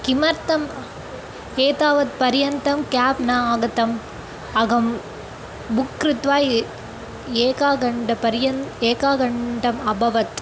किमर्थम् एतावत् पर्यन्तं केब् न आगतम् अहं बुक् कृत्वा ए एकघण्टा पर्यन्तं एकाघण्टाम् अभवत्